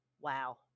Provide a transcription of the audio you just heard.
wow